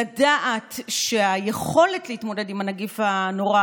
לדעת שהיכולת להתמודד עם הנגיף הנורא